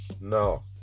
no